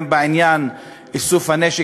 וגם בעניין איסוף הנשק,